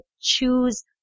Choose